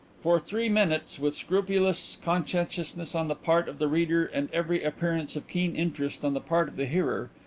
for three minutes, with scrupulous conscientiousness on the part of the reader and every appearance of keen interest on the part of the hearer,